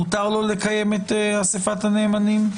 מותר לו לקיים את אסיפת הנאמנים?